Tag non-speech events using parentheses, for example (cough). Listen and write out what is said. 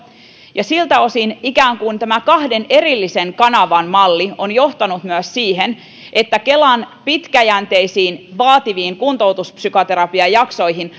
ja siltä osin ikään kuin tämä kahden erillisen kanavan malli on johtanut myös siihen että kelan pitkäjänteisiin vaativiin kuntoutuspsykoterapiajaksoihin (unintelligible)